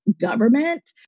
government